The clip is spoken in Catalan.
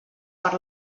per